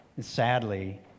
Sadly